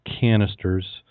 canisters